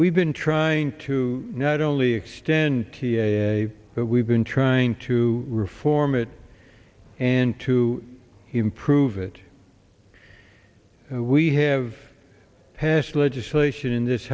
we've been trying to not only extend key a but we've been trying to reform it and to improve it we have passed legislation in this